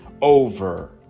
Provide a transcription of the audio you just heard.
over